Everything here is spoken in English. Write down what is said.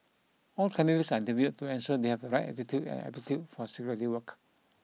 all candidates are interviewed to ensure they have right attitude and aptitude for security work